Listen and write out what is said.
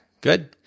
Good